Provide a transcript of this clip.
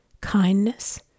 kindness